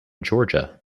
georgia